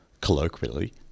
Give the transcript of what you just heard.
colloquially